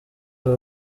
aba